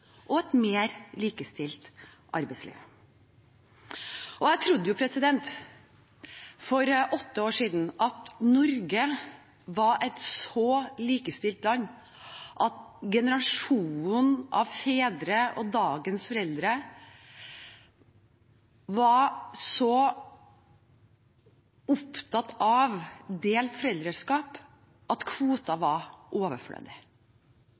og arbeidsliv. Jeg trodde jo for åtte år siden at Norge var et så likestilt land at generasjonen av fedre og dagens foreldre var så opptatt av delt foreldreskap at kvoten var overflødig.